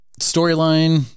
storyline